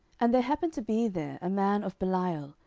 and there happened to be there a man of belial,